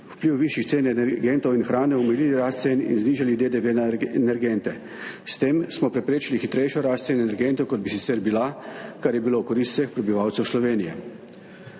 vpliv višjih cen energentov in hrane, omilili rast cen in znižali DDV na energente. S tem smo preprečili hitrejšo rast cen energentov, kot bi sicer bila, kar je bilo v korist vseh prebivalcev Slovenije.